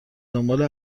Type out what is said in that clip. دنبال